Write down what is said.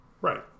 right